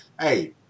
Hey